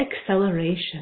acceleration